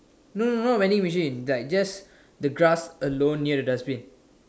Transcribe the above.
no no not vending machine just the grass alone near the dustbin